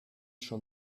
schon